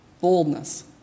boldness